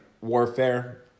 warfare